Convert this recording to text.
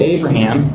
Abraham